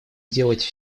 делать